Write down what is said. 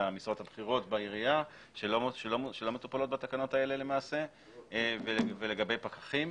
המשרות הבכירות בעירייה שלא מטופלות בתקנות האלה למעשה ולגבי פקחים,